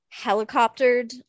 helicoptered